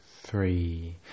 three